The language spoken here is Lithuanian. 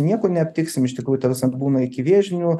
nieko neaptiksim iš tikrųjų ta prasme būna ikivėžinių